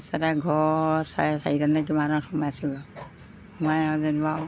তাৰপিছতে ঘৰ চাৰে চাৰিটা কিমানত সোমাইছোগৈ সোমাই আৰু যেনিবা